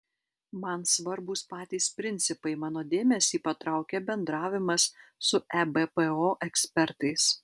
man svarbūs patys principai mano dėmesį patraukė bendravimas su ebpo ekspertais